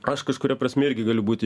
aš kažkuria prasme irgi galiu būti